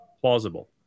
plausible